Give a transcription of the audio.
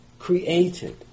created